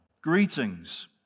greetings